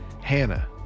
Hannah